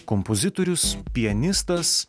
kompozitorius pianistas